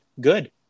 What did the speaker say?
Good